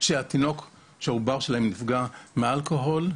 שהעובר שלהן נפגע מאלכוהול,